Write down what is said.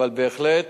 אבל בהחלט,